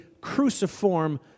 cruciform